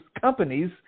companies